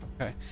okay